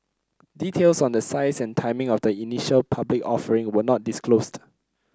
details on the size and timing of the initial public offering were not disclosed